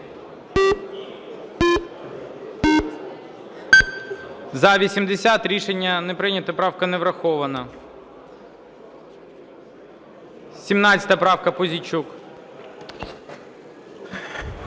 За-80 Рішення не прийнято. Правка не врахована. 17 правка, Пузійчук.